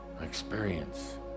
Experience